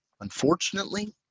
unfortunately